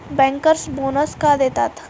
Bankers bonus का देतात?